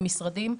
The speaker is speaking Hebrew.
עם משרדים.